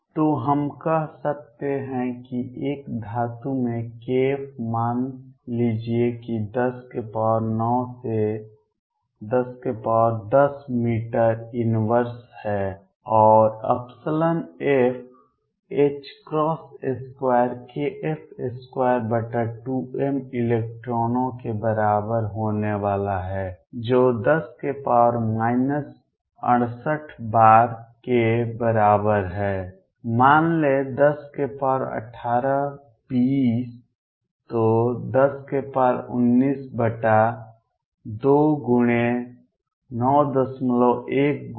तो हम कह सकते हैं कि एक धातु में kF मान लीजिए कि 109 से 1010 मीटर इनवर्स है और F 2kF22m इलेक्ट्रॉनों के बराबर होने वाला है जो 10 68 बार के बराबर है मान लें 1018 20 तो 1019 बटा 2×91×10 31